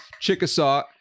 Chickasaw